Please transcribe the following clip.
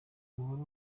umubare